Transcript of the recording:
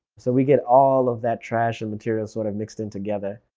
so we get all of that trash and material sort of mixed in together.